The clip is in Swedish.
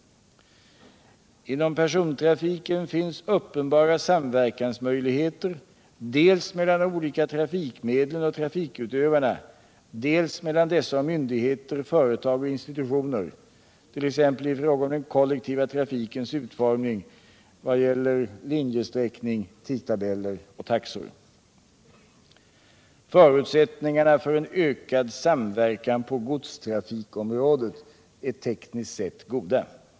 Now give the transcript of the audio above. Inom persontrafiken finns uppenbara möjligheter till samverkan dels mellan de olika trafikmedlen och trafikutövarna, dels mellan dessa och myndigheter, företag och institutioner, t.ex. i fråga om den kollektiva trafikens utformning vad gäller linjesträckning, tidtabeller och taxor. Förutsättningarna för en ökad samverkan på godstrafikområdet är tekniskt sett goda.